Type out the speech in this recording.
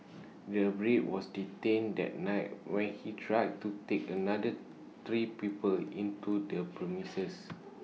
the Brit was detained that night when he tried to take another three people into the premises